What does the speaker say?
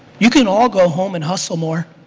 you can all go home and hustle more.